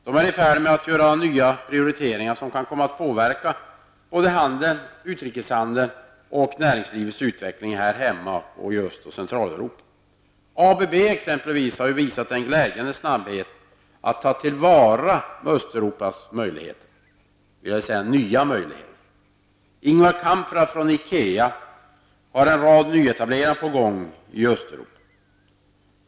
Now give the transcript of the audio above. Man är nämligen i färd med att göra nya prioriteringar som kan komma att påverka såväl handel och utrikeshandel som näringslivets utveckling här hemma samt i Öst och ABB exempelvis har ju, och det är glädjande, visat snabbhet när det gäller att ta till vara Östeuropas nya möjligheter. Ingvar Kamprad från IKEA har en rad nyetableringar på gång i Östeuropa.